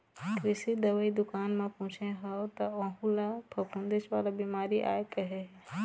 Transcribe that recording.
कृषि दवई दुकान म पूछे हव त वहूँ ल फफूंदेच वाला बिमारी आय कहे हे